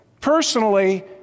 personally